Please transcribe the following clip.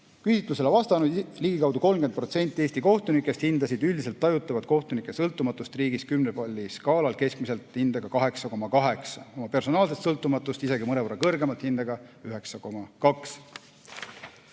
Küsitlusele vastanud ligikaudu 30% Eesti kohtunikest hindas üldiselt tajutavat kohtunike sõltumatust riigis kümnepalliskaalal keskmiselt hindega 8,8, oma personaalset sõltumatust isegi mõnevõrra kõrgemalt, hindega 9,2.